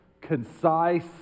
concise